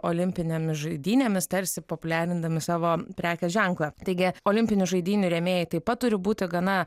olimpinėmis žaidynėmis tarsi populiarindami savo prekės ženklą taigi olimpinių žaidynių rėmėjai taip pat turi būti gana